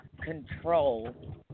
control